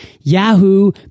Yahoo